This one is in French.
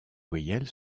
voyelles